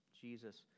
Jesus